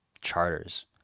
charters